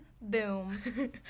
Boom